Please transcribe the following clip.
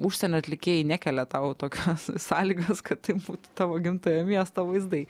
užsienio atlikėjai nekelia tau tokios sąlygos kad tai būtų tavo gimtojo miesto vaizdai